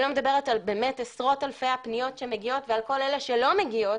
אני לא מדברת על באמת עשרות אלפי הפניות שמגיעות ועל כל אלה שלא מגיעות.